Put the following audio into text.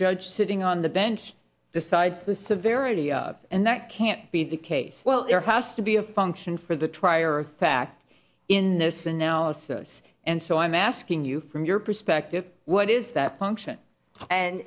judge sitting on the bench decides the severity of and that can't be the case well there has to be a function for the trier of fact in this analysis and so i'm asking you from your perspective what is that function and